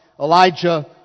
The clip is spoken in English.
Elijah